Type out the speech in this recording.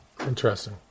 Interesting